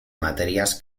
materias